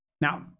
Now